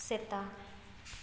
ᱥᱮᱛᱟ